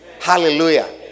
Hallelujah